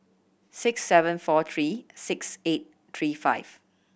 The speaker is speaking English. six seven four three six eight three five